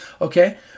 Okay